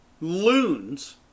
loons